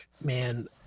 man